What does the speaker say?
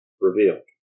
revealed